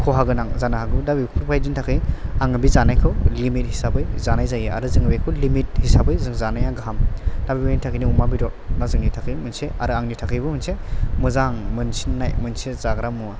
खहा गोनां जानो हागौ दा बेफोरबादिनि थाखाय आङो बे जानायखौ लिमिट हिसाबै जानाय जायो आरो जों बेखौ लिमिट हिसाबै जों जानाया गाहाम दा बेबायदिनि थाखायनो अमा बेदरआ जोंनि थाखाय मोनसे आरो आंनि थाखायबो मोनसे मोजां मोनसिननाय मोनसे जाग्रा मुवा